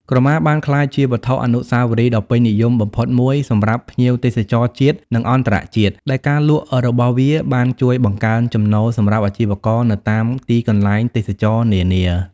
ក្រមាបានក្លាយជាវត្ថុអនុស្សាវរីយ៍ដ៏ពេញនិយមបំផុតមួយសម្រាប់ភ្ញៀវទេសចរណ៍ជាតិ និងអន្តរជាតិ ដែលការលក់របស់វាបានជួយបង្កើនចំណូលសម្រាប់អាជីវករនៅតាមទីកន្លែងទេសចរណ៍នានា។